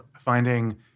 finding